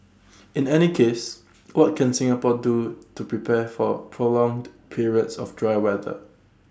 in any case what can Singapore do to prepare for prolonged periods of dry weather